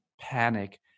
panic